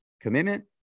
commitment